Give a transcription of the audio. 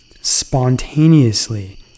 spontaneously